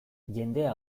jendea